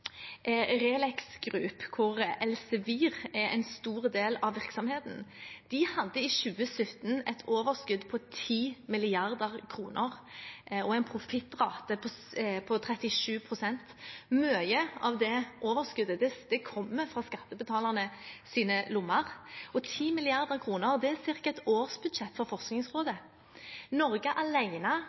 er en stor del av virksomheten. De hadde i 2017 et overskudd på 10 mrd. kr og en profittrate på 37 pst. Mye av det overskuddet kommer fra skattebetalernes lommer, og 10 mrd. kr er ca. et årsbudsjett for Forskningsrådet. Norge